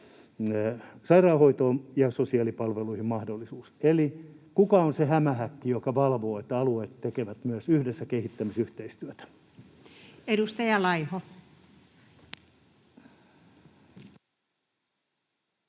sairaanhoitoon ja sosiaalipalveluihin mahdollisuus? Eli kuka on se hämähäkki, joka valvoo, että alueet tekevät myös yhdessä kehittämisyhteistyötä? Edustaja Laiho.